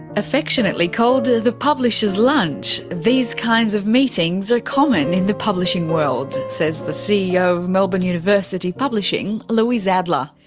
affectionately called the publisher's lunch, these kinds of meetings are common in the publishing world says the ceo of melbourne university publishing, louise adler.